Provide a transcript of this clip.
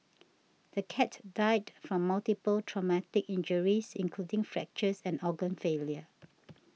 the cat died from multiple traumatic injuries including fractures and organ failure